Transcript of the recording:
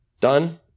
done